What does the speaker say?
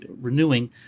renewing